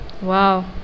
wow